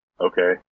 okay